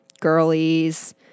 girlies